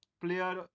player